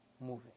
moving